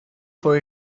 for